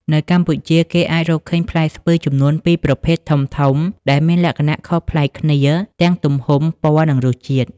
នៅកម្ពុជា គេអាចរកឃើញផ្លែស្ពឺចំនួន ២ ប្រភេទធំៗ ដែលមានលក្ខណៈខុសប្លែកគ្នាទាំងទំហំ ពណ៌ និងរសជាតិ។